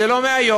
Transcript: זה לא מהיום,